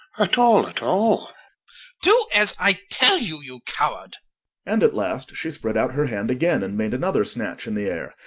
at all, at all do as i tell you, you coward and at last she spread out her hand again, and made another snatch in the air.